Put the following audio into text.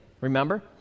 remember